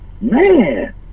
Man